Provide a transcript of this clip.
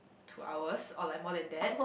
two hours or like more than that